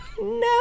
No